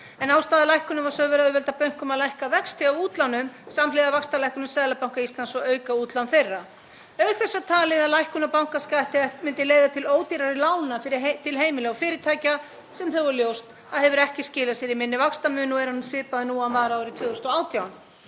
en ástæða lækkunarinnar var sögð vera að auðvelda bönkum að lækka vexti af útlánum samhliða vaxtalækkunum Seðlabanka Íslands og auka útlán þeirra. Auk þess var talið að lækkun á bankaskatti myndi leiða til ódýrari lána til heimila og fyrirtækja sem þó er ljóst að hefur ekki skilað sér í minni vaxtamun og er hann svipaður nú og hann var árið 2018.